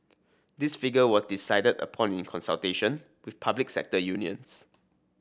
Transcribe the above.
this figure was decided upon in consultation with public sector unions